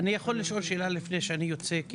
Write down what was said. אני יכול לשאול שאלה לפני שאני רוצה?